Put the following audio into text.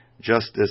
Justice